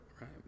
Right